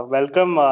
Welcome